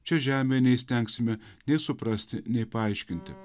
čia žemėj neįstengsime nei suprasti nei paaiškinti